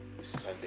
Sunday